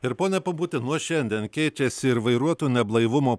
ir pone pumputi nuo šiandien keičiasi ir vairuotojų neblaivumo